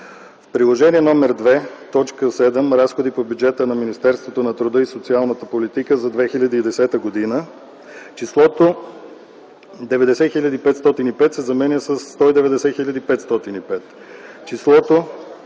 В Приложение № 2, т. VІІ Разходи по бюджета на Министерството на труда и социалната политика за 2010 г.: - числото „90 505,0” се заменя с „190